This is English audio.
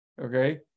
okay